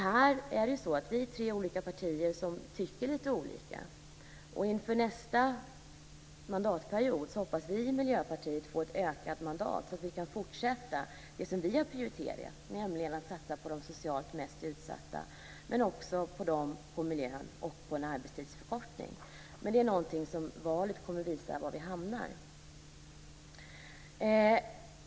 Här är vi tre olika partier som tycker lite olika. Inför nästa mandatperiod hoppas vi i Miljöpartiet få ett ökat mandat så att vi kan fortsätta med det som vi har prioriterat, nämligen att satsa på de socialt mest utsatta men också på miljön och på en arbetstidsförkortning. Här får valet visa var vi hamnar.